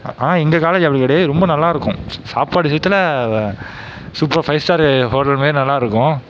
ஆனால் எங்கள் காலேஜ் அப்படி கிடையாது ரொம்ப நல்லா இருக்கும் சாப்பாடு விஷயத்துல சூப்பராக ஃபைவ் ஸ்டாரு ஹோட்டல் மாதிரி நல்லா இருக்கும்